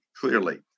clearly